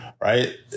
right